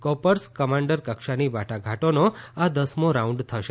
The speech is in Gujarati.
કોર્પ્સ કમાન્ડર કક્ષાની વાટાઘાટોનો આ દસમો રાઉન્ડ થશે